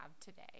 today